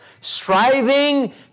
Striving